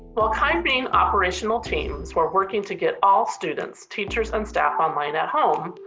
while kyrene operational teams were working to get all students, teachers and staff online at home,